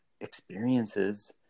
experiences